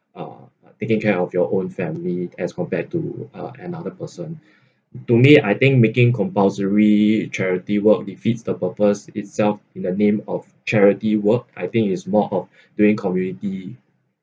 uh taking care of your own family as compared to uh another person to me I think making compulsory charity work defeats the purpose itself in the name of charity work I think is more of doing community